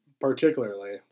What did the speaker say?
particularly